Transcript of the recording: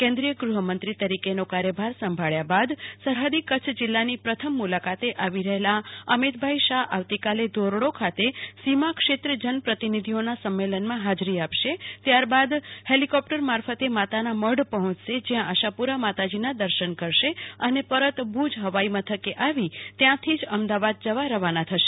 કેન્દ્રીય ગ્રહમંત્રી તરીકેનો કાર્યભાર સંભાળ્યા બાદ સરહદી કચ્છ જિલ્લાની પ્રથમ મુલાકાતે આવી રહેલા અમિતભાઈ શાહ આવતીકાલે ધોરડો ખાતે સીમા ક્ષેત્ર જન પ્રતિનિધિઓના સંમેલનમાં હાજરી આપશે ત્યારબાદ હેલિકોપ્ટર મારફતે માતાનામઢ પહોંચશે જ્યાં આશાપુરા માતાજીના દર્શન કરશે અને પરત ભુજ હવાઈમથકે આવી ત્યાંથી જ અમદાવાદ જવા રવાના થશે